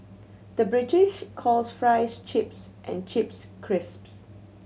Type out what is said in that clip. the British calls fries chips and chips crisps